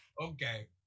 okay